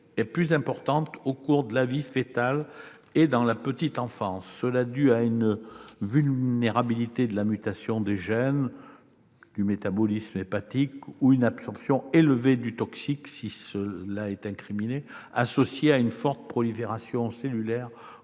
est plus importante au cours de la vie foetale et dans la petite enfance. Cela est dû à une vulnérabilité dans la mutation des gènes, à un métabolisme hépatique limité, ou à une absorption élevée du toxique associée à une forte prolifération cellulaire